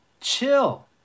chill